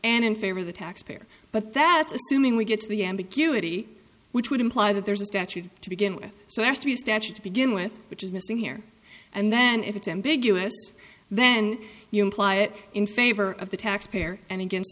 of the taxpayer but that's assuming we get to the ambiguity which would imply that there's a statute to begin with so as to be a statute to begin with which is missing here and then if it's ambiguous then you imply it in favor of the taxpayer and against